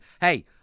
hey